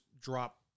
drop